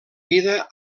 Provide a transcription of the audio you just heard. vida